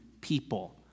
people